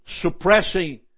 suppressing